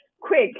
Quick